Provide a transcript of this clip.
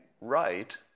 right